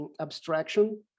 abstraction